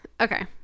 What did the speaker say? Okay